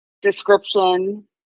description